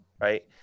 right